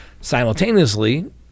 Simultaneously